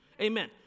Amen